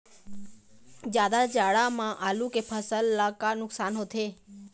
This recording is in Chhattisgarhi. जादा जाड़ा म आलू के फसल ला का नुकसान होथे?